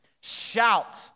Shout